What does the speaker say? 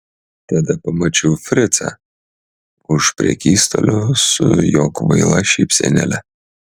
tada pamačiau fricą už prekystalio su jo kvaila šypsenėle